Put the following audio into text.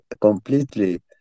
completely